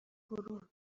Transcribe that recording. گروه